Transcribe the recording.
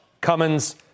Cummins